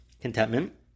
contentment